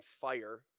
fire